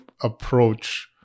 approach